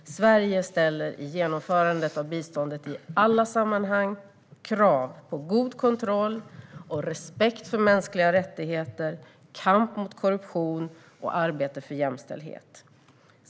Sverige ställer i genomförandet av biståndet i alla sammanhang krav på god kontroll och respekt för mänskliga rättigheter, kamp mot korruption och arbete för jämställdhet.